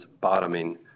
bottoming